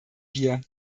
bier